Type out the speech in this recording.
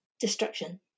destruction